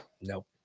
Nope